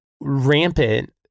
rampant